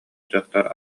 дьахтар